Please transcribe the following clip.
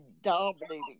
dominating